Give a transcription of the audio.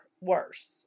worse